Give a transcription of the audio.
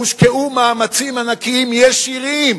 הושקעו מאמצים ענקיים ישירים